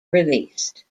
released